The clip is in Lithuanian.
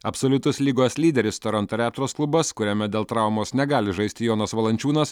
absoliutus lygos lyderis toronto reptors klubas kuriame dėl traumos negali žaisti jonas valančiūnas